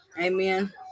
Amen